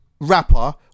rapper